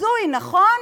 הזוי, נכון?